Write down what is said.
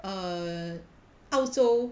err 澳洲